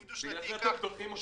ולכן אתם דוחים אותו.